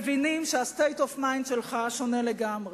מבינים שה-state of mind שלך שונה לגמרי,